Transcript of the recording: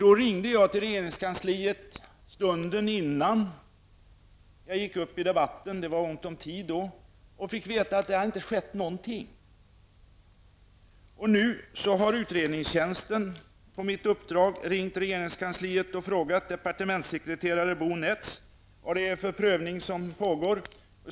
Då ringde jag till regeringskansliet stunden innan jag gick upp i debatten -- det var ont om tid då -- och fick veta att det inte hade skett någonting. Nu har riksdagens utredningstjänst på mitt uppdrag ringt till regeringskansliet och frågat departementssekreteraren Bo Netz vad det är för prövning som pågår.